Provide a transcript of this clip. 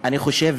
אני חושב,